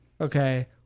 Okay